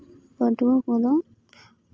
ᱯᱟᱹᱴᱷᱩᱣᱟᱹ ᱠᱚᱫᱚ